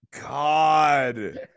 God